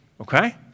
okay